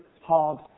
hard